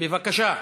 בבקשה,